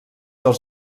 als